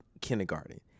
kindergarten